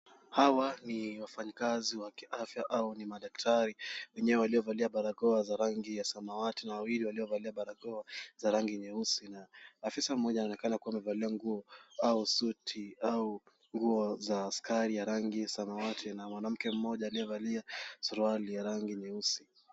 Hawa ni wafanyikazi wa kiafya au ni madaktari. Wenye waliovalia barakoa za rangi ya samawati, na wawili waliovalia barakoa za rangi nyeusi. Na afisa mmoja anaonekana kuwa amevalia nguo au sutiz au nguo za askari ya rangi samawati. Na mwanamke mmoja aliyevalia suruali ya rangi nyeusi.